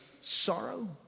sorrow